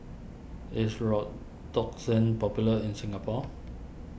is Redoxon popular in Singapore